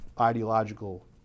ideological